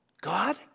God